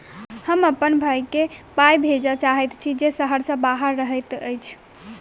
हम अप्पन भयई केँ पाई भेजे चाहइत छि जे सहर सँ बाहर रहइत अछि